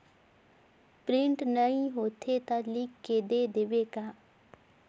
Print नइ होथे ता लिख के दे देबे का?